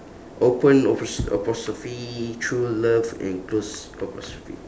open apos~ apostrophe true love and close apostrophe